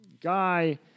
Guy